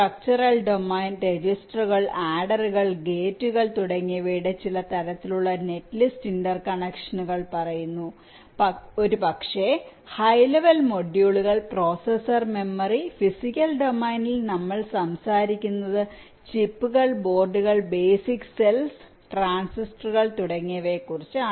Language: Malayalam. സ്ട്രക്ച്ചറൽ ഡൊമെയ്ൻ രജിസ്റ്ററുകൾ ആഡറുകൾ ഗേറ്റുകൾ തുടങ്ങിയവയുടെ ചില തരത്തിലുള്ള നെറ്റ് ലിസ്റ്റ് ഇന്റർ കണക്ഷനുകൾ പറയുന്നു ഒരുപക്ഷേ ഹൈ ലെവൽ മൊഡ്യൂളുകൾ പ്രോസസർ മെമ്മറി ഫിസിക്കൽ ഡൊമെയ്നിൽ നമ്മൾ സംസാരിക്കുന്നത് ചിപ്പുകൾ ബോർഡുകൾ ബേസിക് സെൽസ് ട്രാൻസിസ്റ്ററുകൾ തുടങ്ങിയവയെക്കുറിച്ചാണ്